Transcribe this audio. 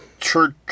church